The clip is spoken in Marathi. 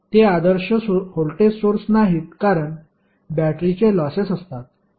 ते आदर्श व्होल्टेज सोर्स नाहीत कारण बॅटरीचे लॉसेस असतात